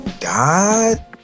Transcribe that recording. God